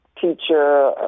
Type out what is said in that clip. teacher